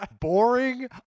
boring